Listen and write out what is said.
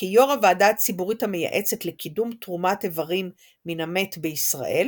כיו"ר הוועדה הציבורית המייעצת לקידום תרומת איברים מן המת בישראל